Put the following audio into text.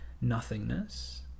nothingness